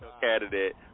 candidate